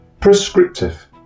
prescriptive